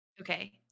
Okay